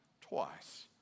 twice